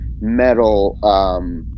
metal